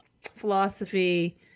philosophy